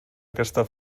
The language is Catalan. aquesta